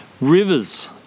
rivers